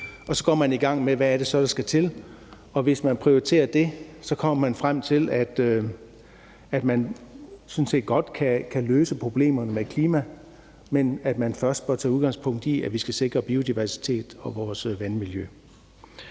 og så går man i gang med at se, hvad det så er, der skal til, og hvis man prioriterer det, kommer man frem til, at man sådan set godt kan løse problemerne med klimaet, men at man først bør tage udgangspunkt i, at vi skal sikre biodiversiteten og vores vandmiljø.